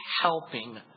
helping